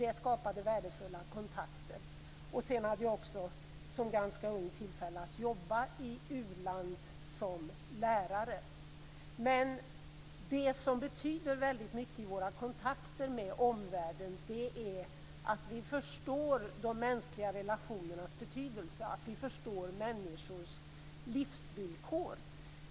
Det skapade värdefulla kontakter. Jag hade också som ganska ung tillfälle att jobba i u-land som lärare. Men det som betyder väldigt mycket i våra kontakter med omvärlden är att vi förstår de mänskliga relationernas betydelse, att vi förstår människors livsvillkor.